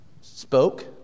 spoke